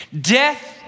Death